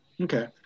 Okay